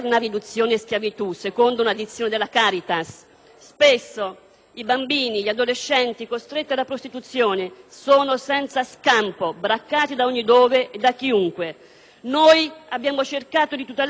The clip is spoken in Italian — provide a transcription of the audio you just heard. Spesso, i bambini e gli adolescenti costretti alla prostituzione sono senza scampo, braccati da ogni dove e da chiunque. Noi abbiamo cercato di tutelarli, anche all'estero, con il reato di turismo sessuale.